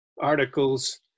articles